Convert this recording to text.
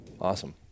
Awesome